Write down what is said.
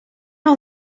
all